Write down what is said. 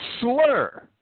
slur